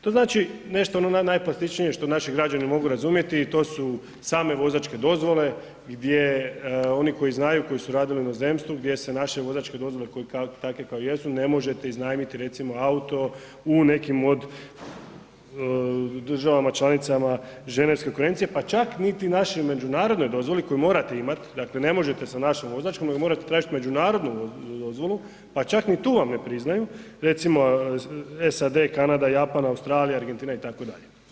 To znači nešto ono najplastičnije što naši građani mogu razumjeti, to su same vozačke dozvole gdje oni koji znaju koji su radili u inozemstvu gdje se naše vozačke dozvole koje takve kakve jesu ne možete iznajmiti recimo auto u nekim od država članica Ženevske konvencije pa čak niti našoj međunarodnoj dozvoli koju morate imati, dakle ne možete s našom vozačkom nego morate tražiti međunarodnu dozvolu, pa čak ni tu vam ne priznaju, recimo SAD, Kanada, Japan, Australija, Argentina itd.